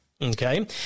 okay